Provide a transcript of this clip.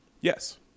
Yes